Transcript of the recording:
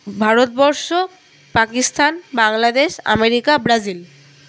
Bharatvarsha Pakistan Bangladesh America Brazil